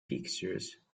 pictures